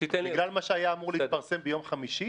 בגלל מה שהיה אמור להתפרסם ביום חמישי?